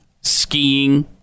skiing